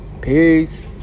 peace